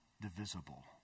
divisible